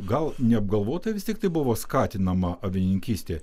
gal neapgalvotai vis tiktai buvo skatinama avininkystė